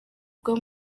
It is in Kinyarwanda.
ubwo